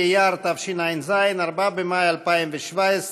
באייר התשע"ז, 4 במאי 2017,